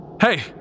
Hey